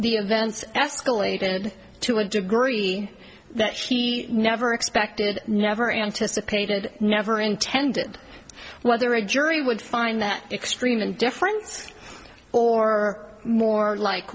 the events escalated to a degree that he never expected never anticipated never intended whether a jury would find that extreme indifference or more like